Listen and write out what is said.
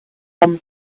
come